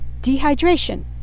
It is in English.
dehydration